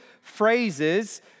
phrases